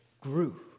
grew